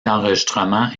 d’enregistrement